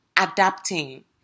adapting